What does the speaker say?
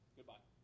Goodbye